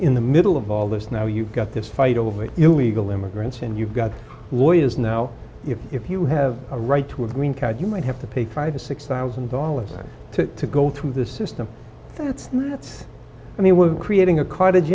in the middle of all this now you've got this fight over illegal immigrants and you've got lawyers now if you have a right to a green card you might have to pay fifty six thousand dollars to go through the system that's i mean we're creating a cottage